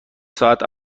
ساعت